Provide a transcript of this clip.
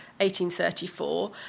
1834